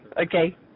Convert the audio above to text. okay